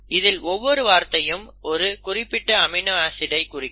இதில் ஒவ்வொரு வார்த்தையும் ஒரு குறிப்பிட்ட அமினோ ஆசிடை குறிக்கும்